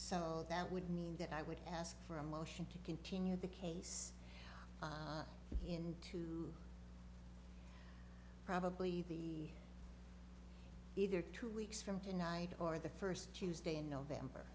so that would mean that i would ask for a motion to continue the case into probably the either two weeks from tonight or the first tuesday in november